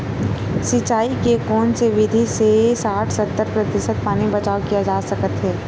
सिंचाई के कोन से विधि से साठ सत्तर प्रतिशत पानी बचाव किया जा सकत हे?